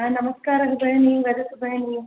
नमस्कारः भगिनी वदतु भगिनी